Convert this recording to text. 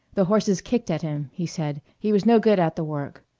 the horses kicked at him, he said he was no good at the work.